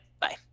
bye